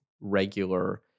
regular